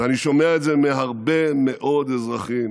ואני שומע את זה מהרבה מאוד אזרחים,